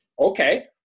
Okay